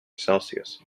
celsius